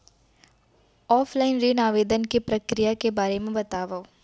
Offline ऋण आवेदन के प्रक्रिया के बारे म बतावव?